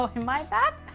in my backpack